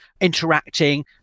interacting